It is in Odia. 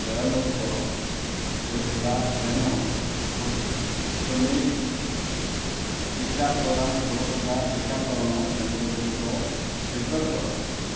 ଦେୟମୁକ୍ତ ହୋଇଥିବା ଏବଂ ସ୍ପୁଟନିକ୍ ଟିକା ପ୍ରଦାନ କରୁଥିବା ଟିକାକରଣ କେନ୍ଦ୍ର ଗୁଡ଼ିକ ଫିଲ୍ଟର୍ କର